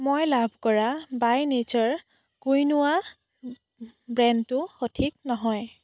মই লাভ কৰা বাই নেচাৰ কুইনোৱা ব্ৰেণ্ডটো সঠিক নহয়